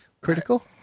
Critical